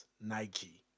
Nike